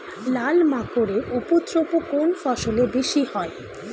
লাল মাকড় এর উপদ্রব কোন ফসলে বেশি হয়?